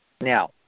Now